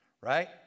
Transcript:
right